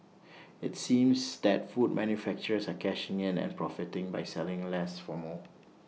IT seems that food manufacturers are cashing in and profiting by selling less for more